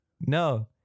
No